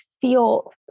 feel